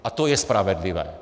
A to je spravedlivé.